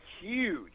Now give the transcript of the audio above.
huge